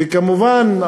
וכמובן,